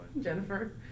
Jennifer